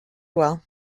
well